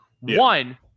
One